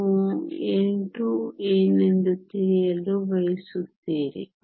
ನೀವು n2 ಏನೆಂದು ತಿಳಿಯಲು ಬಯಸುತ್ತೀರಿ